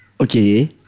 Okay